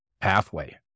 pathway